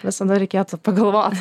visada reikėtų pagalvot